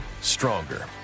stronger